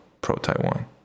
pro-Taiwan